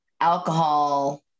alcohol